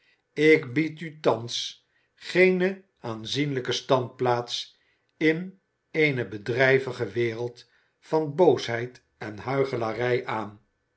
ik bied u thans geene aanzienlijke standplaats in eene bedrijvige wereld van boosheid en huichelarij aan